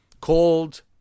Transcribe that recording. called